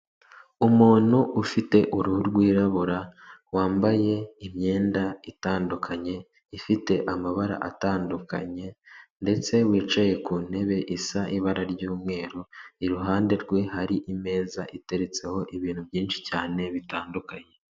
Umuntu ufite uruhu rw'irabura wambaye imyenda itandukanye ifite amabara atandukanye ndetse wicaye ku ntebe isa ibara ry'umweru, i ruhande rwe hari imeza iteretseho ibintu byinshi cyane bitandukanye.